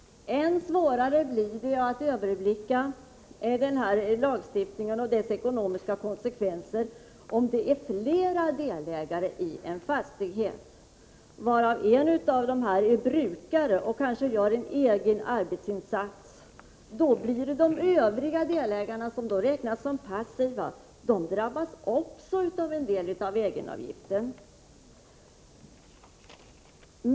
Än svårare blir det att överblicka den här lagstiftningen och dess ekonomiska konsekvenser om det är flera delägare i en fastighet, varav en är brukare och kanske gör en egen arbetsinsats. Då räknas de övriga delägarna som passiva, men de drabbas också av en del av egenavgiften.